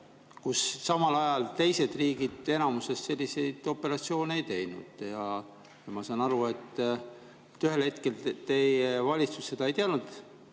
kui samal ajal teised riigid enamuses selliseid operatsioone ei teinud? Ma saan aru, et ühel hetkel teie valitsus seda ei teadnud,